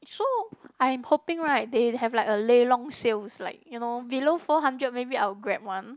so I'm hoping right they have like a lelong sales like you know below four hundred maybe I will grab one